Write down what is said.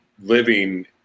living